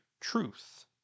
truth